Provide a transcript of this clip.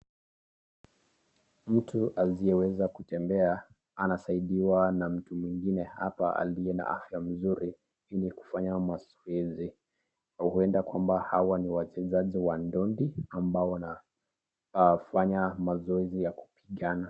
Mtu asiyeweza kutembea anasaidiwa na mtu mwingine hapa aliye na afya mzuri yenye kufanya mazoezi. Huenda kwamba hawa ni wazee zazi wa ndondi ambao wanafanya mazoezi ya kupigana.